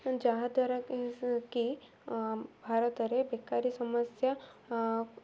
ଯାହାଦ୍ୱାରା କି କି ଭାରତରେ ବେକାରୀ ସମସ୍ୟା